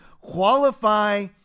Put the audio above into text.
qualify